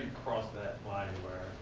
cross that line